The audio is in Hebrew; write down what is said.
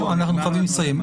אנחנו חייבים לסיים.